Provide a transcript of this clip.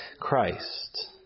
Christ